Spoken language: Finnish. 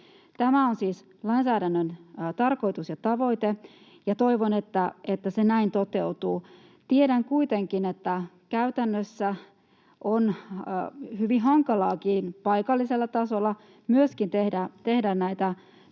Tämä on siis lainsäädännön tarkoitus ja tavoite, ja toivon, että se näin toteutuu. Tiedän kuitenkin, että käytännössä on hyvin hankalaa paikallisella tasolla tehdä näitä